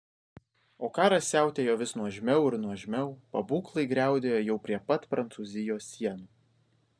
o karas siautėjo vis nuožmiau ir nuožmiau pabūklai griaudėjo jau prie pat prancūzijos sienų